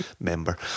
member